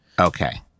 Okay